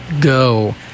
go